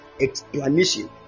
explanation